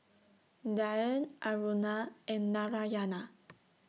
Dhyan Aruna and Narayana